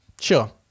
sure